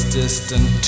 distant